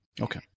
Okay